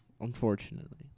Unfortunately